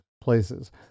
places